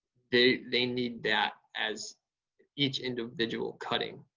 they they need that as each individual cutting.